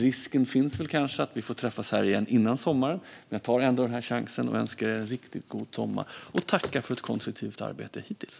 Risken finns att vi får träffas här igen före sommaren, men jag tar ändå chansen att önska er en riktigt god sommar och tacka för ett konstruktivt arbete hittills.